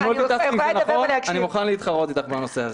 אני יכולה לדבר ולהקשיב.